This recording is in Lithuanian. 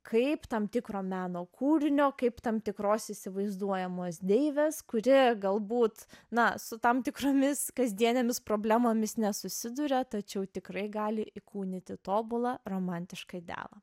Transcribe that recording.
kaip tam tikro meno kūrinio kaip tam tikros įsivaizduojamos deivės kuri galbūt na su tam tikromis kasdienėmis problemomis nesusiduria tačiau tikrai gali įkūnyti tobulą romantišką idealą